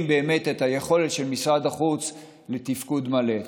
באמת את היכולת של משרד החוץ לתפקוד מלא.